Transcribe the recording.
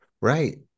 Right